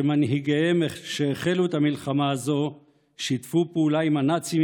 שמנהיגיהם שהחלו את המלחמה הזאת שיתפו פעולה עם הנאצים,